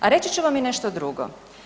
A reći ću vam i nešto drugo.